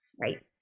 right